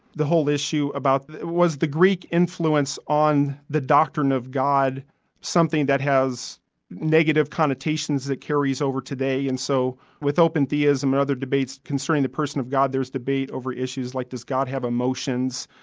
the whole issue about was the greek influence on the doctrine of god something that has negative connotations that carries over today. and so with open theism and other debates concerning the person of god there's debate over issues like does god have emotions?